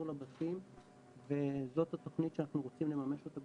לבתים וזאת התכנית שאנחנו רוצים לממש אותה.